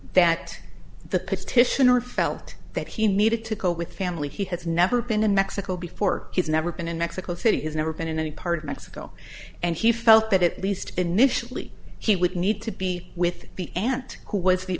that the petitioner felt that he needed to go with family he has never been to mexico before he's never been in mexico city has never been in any part of mexico and he felt that at least initially he would need to be with the aunt who was the